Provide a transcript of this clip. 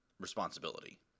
responsibility